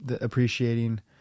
Appreciating